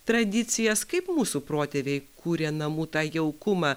tradicijas kaip mūsų protėviai kūrė namų tą jaukumą